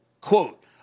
quote